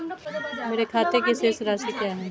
मेरे खाते की शेष राशि क्या है?